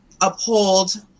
uphold